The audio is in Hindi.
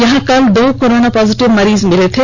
यहां कल दो कोरोना पॉजिटिव मरीज मिले थे